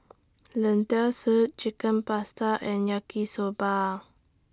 Lentil Soup Chicken Pasta and Yaki Soba